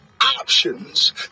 Options